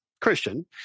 Christian